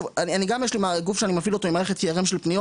גם יש לי גוף שאני מפעיל אותו עם מערכת של פניות